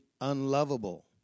unlovable